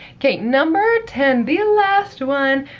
okay, number ten, the last one,